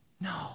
No